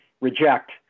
reject